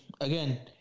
again